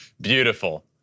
Beautiful